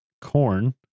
corn